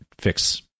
fix